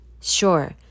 Sure